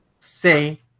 say